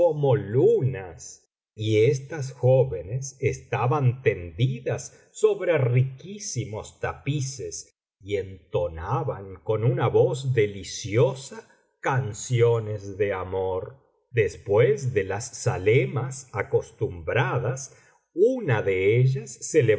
como lunas y estas jóvenes estaban tendidas sobre riquísimos tapices y entonaban con una voz deliciosa canciones de amor después de las zalemas acostumbradas una de ellas se